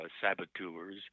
saboteurs